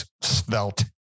svelte